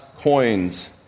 coins